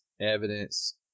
evidence